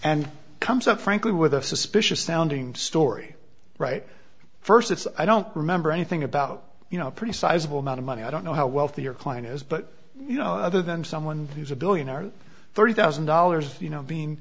and comes up frankly with a suspicious sounding story right first it's i don't remember anything about you know a pretty sizable amount of money i don't know how wealthy or klein is but you know other than someone who's a billionaire thirty thousand dollars you know being